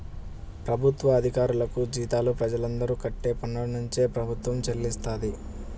ప్రభుత్వ అధికారులకు జీతాలు ప్రజలందరూ కట్టే పన్నునుంచే ప్రభుత్వం చెల్లిస్తది